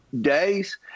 days